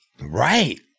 Right